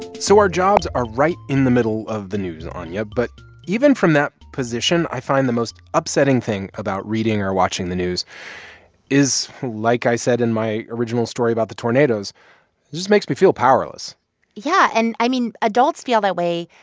so our jobs are right in the middle of the news, anya, but even from that position, i find the most upsetting thing about reading or watching the news is, like i said in my original story about the tornadoes, it just makes me feel powerless yeah, and, i mean, adults feel that way.